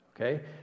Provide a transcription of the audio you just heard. Okay